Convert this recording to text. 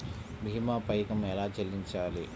భీమా పైకం ఎలా చెల్లించాలి?